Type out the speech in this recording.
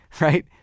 Right